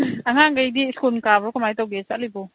ꯑꯉꯥꯡꯒꯩꯗꯤ school ꯀꯥꯕ꯭ꯔꯣ ꯀꯃꯥꯏꯅ ꯇꯧꯒꯦ ꯆꯠꯂꯤꯕꯣ